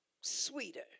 sweeter